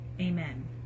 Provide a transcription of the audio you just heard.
Amen